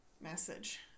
message